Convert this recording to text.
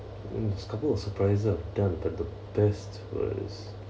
mm couple of surprise I've done but the best was